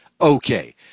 Okay